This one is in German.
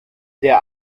der